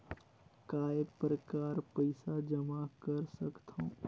काय प्रकार पईसा जमा कर सकथव?